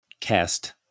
cast